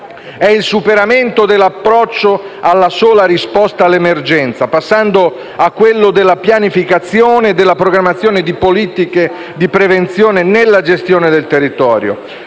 è il superamento dell'approccio alla sola risposta all'emergenza, passando a quello della pianificazione e programmazione di politiche di prevenzione nella gestione del territorio.